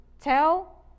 tell